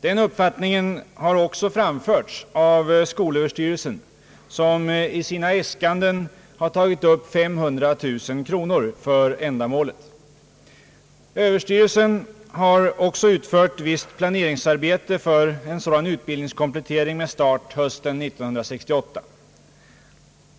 Den uppfattningen har också framförts av skolöverstyrelsen som i sina äskanden har tagit upp 500 000 kronor för ändamålet. Överstyrelsen har också utfört visst planeringsarbete för en sådan utbildningskomplettering med början hösten 1968.